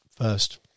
First